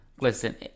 listen